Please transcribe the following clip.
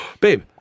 babe